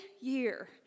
year